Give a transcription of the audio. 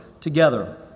together